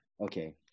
Okay